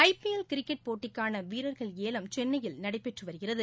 ஐ PL cricket போட்டிக்கானவீரர்கள் ஏலம் சென்னையில் நடைபெற்றுவருகிறது